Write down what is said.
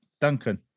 Duncan